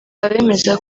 abemeza